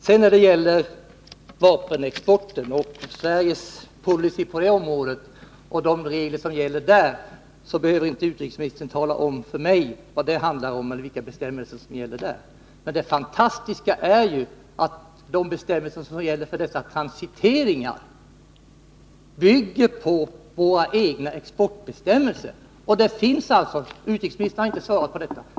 I fråga om vapenexporten och Sveriges politik och regler på det här området behöver inte utrikesministern tala om för mig vilka bestämmelser som gäller. Det fantastiska är ju att de bestämmelser som gäller för transiteringarna bygger på våra egna exportbestämmelser. Här har jag inte fått något svar.